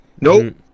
nope